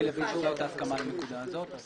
למיטב ידיעתי לא הייתה הסכמה על הנקודה הזאת.